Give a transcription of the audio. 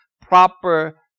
proper